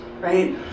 right